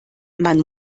man